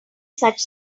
such